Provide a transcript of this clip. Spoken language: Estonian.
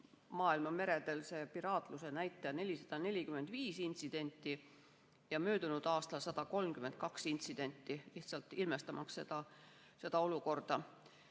maailma meredel see piraatluse näitaja 445 intsidenti ja möödunud aastal oli 132 intsidenti. See on lihtsalt ilmestamaks seda olukorda.